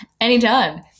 Anytime